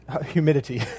Humidity